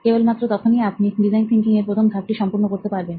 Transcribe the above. কেবলমাত্র তখনই আপনি ডিজাইন থিঙ্কিং এর প্রথম ধাপটি সম্পূর্ণ করতে পারবেন